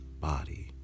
body